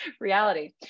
reality